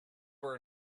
were